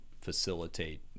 facilitate